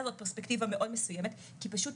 הזאת פרספקטיבה מאוד מסוימת כי פשוט